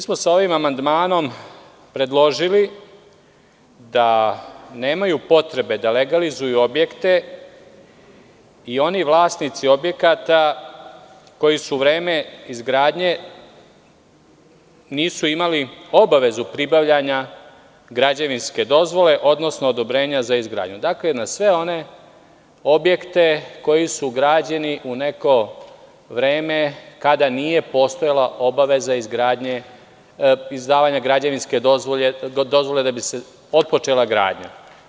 Sa ovim amandmanom smo predložili da nemaju potrebe da legalizuju objekte i oni vlasnici objekata koji nisu u vreme izgradnje obavezu pribavljanja građevinske dozvole, odnosno odobrenja za izgradnju, na sve one objekte koji su građani u neko vreme kada nije postojala obaveza izdavanja građevinske dozvole da bi se otpočela gradnja.